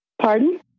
pardon